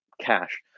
cash